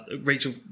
Rachel